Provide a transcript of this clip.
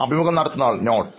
അഭിമുഖം നടത്തുന്നയാൾ നോട്ട്